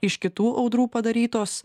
iš kitų audrų padarytos